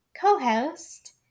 co-host